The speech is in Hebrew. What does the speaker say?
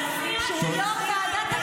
שנאה, לא ייאמן.